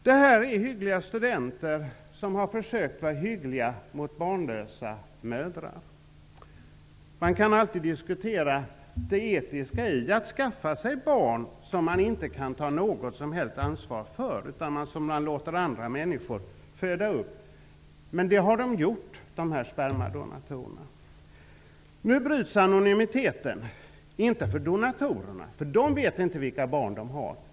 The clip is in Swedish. Det är fråga om hyggliga studenter som har försökt att vara hyggliga mot barnlösa mödrar. Man kan alltid diskutera det etiska i att skaffa sig barn som man inte kan ta något som helst ansvar för utan som man låter andra människor föda upp. Men detta har dessa spermadonatorer gjort. Nu bryts anonymiteten, men inte för donatorerna därför att de vet inte vilka barn som är deras.